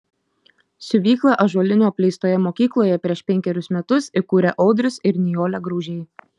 siuvyklą ąžuolinių apleistoje mokykloje prieš penkerius metus įkūrė audrius ir nijolė graužiai